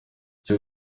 icyo